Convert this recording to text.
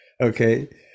okay